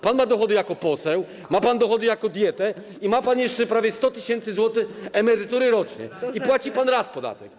Pan ma dochody jako poseł, ma pan dochody jako dietę, i ma pan jeszcze prawie 100 tys. zł emerytury rocznie, i płaci pan raz podatek.